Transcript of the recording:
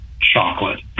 chocolate